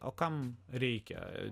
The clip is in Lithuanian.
o kam reikia